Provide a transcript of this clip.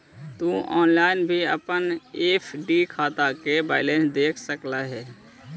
तु ऑनलाइन भी अपन एफ.डी खाता के बैलेंस देख सकऽ हे